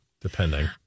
depending